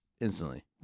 instantly